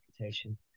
reputation